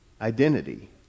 identity